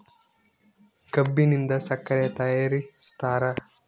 ಕಬ್ಬಿನಿಂದ ಸಕ್ಕರೆ ತಯಾರಿಸ್ತಾರ